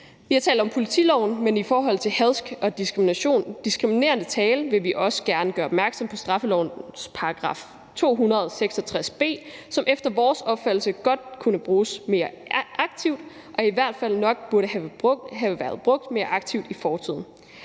Vi har talt om politiloven, men i forhold til hadsk og diskriminerende tale vil vi også gerne gøre opmærksom på straffelovens § 266 b, som efter vores opfattelse godt kunne bruges mere aktivt og i hvert fald nok burde have været brugt mere aktivt i fortiden.